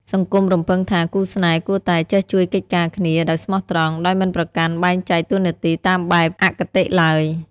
សង្គមរំពឹងថា គូស្នេហ៍គួរតែ "ចេះជួយកិច្ចការគ្នា" ដោយស្មោះត្រង់ ដោយមិនប្រកាន់បែងចែកតួនាទីតាមបែបអគតិឡើយ។